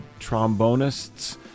trombonists